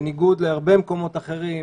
בניגוד להרבה מקומות אחרים,